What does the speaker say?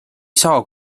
saa